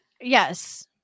Yes